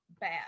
bad